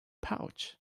pouch